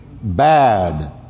bad